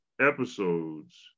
episodes